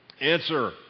Answer